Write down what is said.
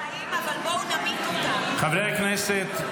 חברי הכנסת,